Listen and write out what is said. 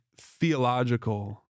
theological